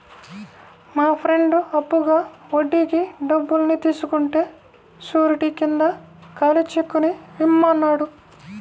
మా ఫ్రెండు అప్పుగా వడ్డీకి డబ్బుల్ని తీసుకుంటే శూరిటీ కింద ఖాళీ చెక్కుని ఇమ్మన్నాడు